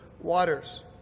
waters